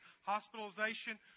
hospitalization